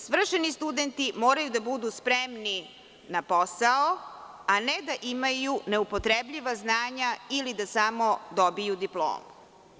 Svršeni studenti moraju da budu spremni na posao, a ne da imaju neupotrebljiva znanja ili da samo dobiju diplomu.